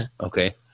Okay